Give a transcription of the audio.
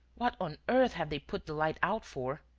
what on earth have they put the light out for?